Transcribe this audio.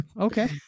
okay